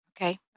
Okay